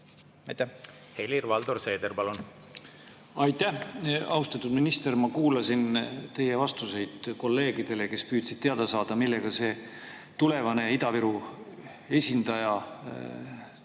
palun! Helir-Valdor Seeder, palun! Aitäh! Austatud minister! Ma kuulasin teie vastuseid kolleegidele, kes püüdsid teada saada, millega see tulevane Ida-Viru esindaja peaks